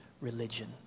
religion